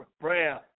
prayer